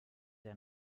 der